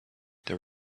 there